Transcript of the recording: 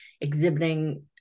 exhibiting